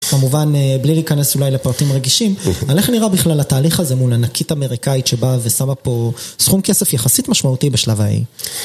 כמובן, בלי להיכנס אולי לפרטים רגישים, אבל איך נראה בכלל התהליך הזה מול ענקית אמריקאית שבאה ושמה פה סכום כסף יחסית משמעותי בשלב האיי?